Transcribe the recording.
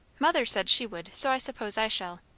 mother said she would. so i suppose i shall.